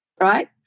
right